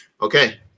Okay